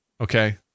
Okay